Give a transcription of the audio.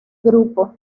grupo